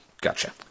Gotcha